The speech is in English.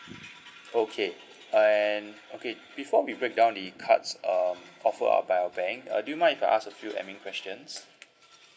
okay and okay before we break down the cards um offered uh by our bank uh do you mind if I ask a few admin questions